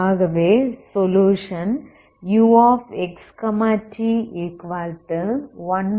ஆகவே solution uxt12απt ∞e 242tfdy